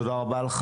תודה רבה.